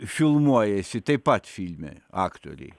filmuojasi taip pat filme aktoriai